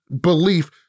belief